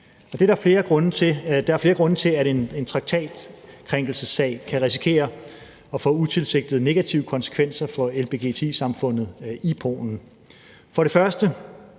Der er flere grunde til, at en traktatkrænkelsessag kan risikere at få utilsigtede negative konsekvenser for lgbti-samfundet i Polen. For det første